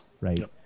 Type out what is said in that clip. right